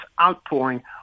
outpouring